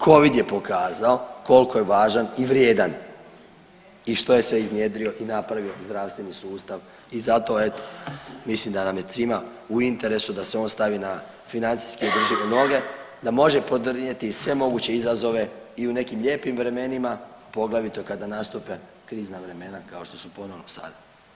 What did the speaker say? Covid je pokazao koliko je važan i vrijedan i što je sve iznjedrio i napravio zdravstveni sustav i zato eto mislim da nam je svima u interesu da se on stavi na financijski održive noge da može podnijeti sve moguće izazove i u nekim lijepim vremenima, poglavito kada nastupe krizna vremena kao što su ponovno sada.